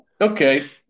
Okay